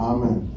Amen